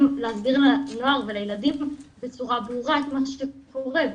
להסביר לנוער ולילדים בצורה ברורה את מה שקורה.